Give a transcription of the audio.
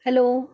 hello